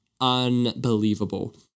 unbelievable